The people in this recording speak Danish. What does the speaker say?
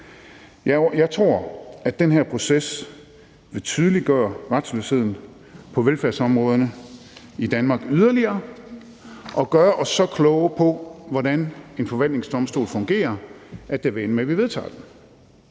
Jeg tror, at den her proces vil tydeliggøre retsløsheden på velfærdsområderne i Danmark yderligere og gøre os så kloge på, hvordan en forvaltningsdomstol fungerer, at det vil ende med, at vi vedtager det.